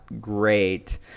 great